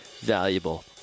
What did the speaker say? valuable